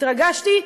התרגשתי,